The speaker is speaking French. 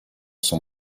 son